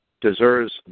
deserves